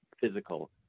physical